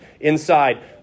inside